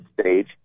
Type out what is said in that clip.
stage